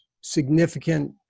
significant